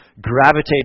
gravitate